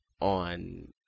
on